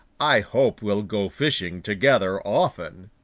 i hope we'll go fishing together often.